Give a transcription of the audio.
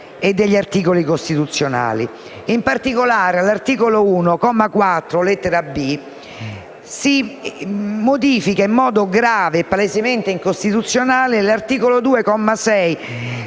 e degli articoli costituzionali. In particolare, all'articolo 1, comma 4, lettera *b)*, si modifica in modo grave e palesemente incostituzionale l'articolo 2, comma